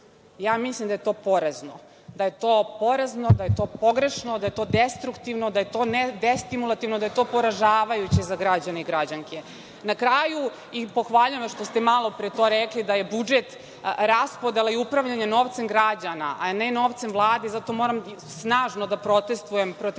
Ja mislim da je to porazno, da je to pogrešno, da je to destruktivno, da je to destimulativno, da je to poražavajuće za građane i građanke. Na kraju, pohvaljujem vas to što ste malopre to rekli da je budžet raspodela i upravljanje novcem građana, a ne novcem Vlade, zato moram snažno da protestujem protiv